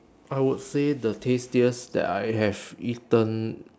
I would say the tastiest that I have eaten